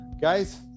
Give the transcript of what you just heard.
guys